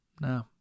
No